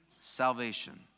salvation